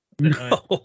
No